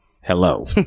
hello